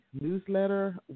newsletter